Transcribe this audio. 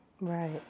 Right